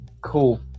cool